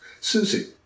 Susie